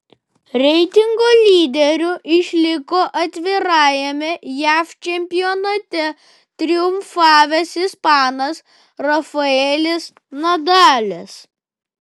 reitingo lyderiu išliko atvirajame jav čempionate triumfavęs ispanas rafaelis nadalis